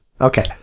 Okay